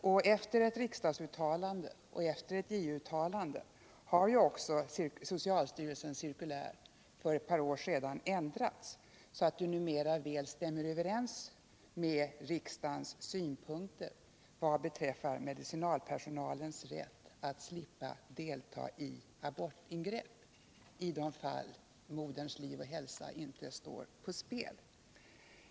Och efter ett riksdagsuttalande och efter ett JO-uttalande har också socialstyrelsens cirkulär för ett par år sedan ändrats så att det numera väl stämmer överens med riksdagens synpunkter vad beträffar medicinalpersonalens rätt att slippa delta i abort ingreppi de fall moderns liv och hälsa inte står på spel.